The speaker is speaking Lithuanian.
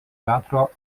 teatro